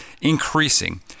increasing